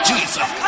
Jesus